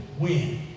Win